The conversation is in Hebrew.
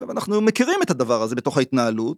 אבל אנחנו מכירים את הדבר הזה בתוך ההתנהלות